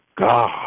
God